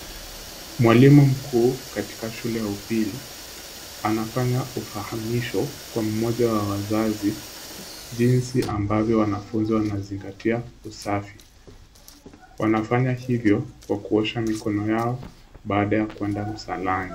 Mwalimu mkuu katika shule ya upili anafanya ufahamisho kwa mmoja wa wazazi, jinsi ambavyo wanafunzi wanazingatia usafi. Wanafanya hivyo kwa kuosha mikono yao baada ya kuenda msalani.